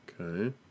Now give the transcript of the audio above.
Okay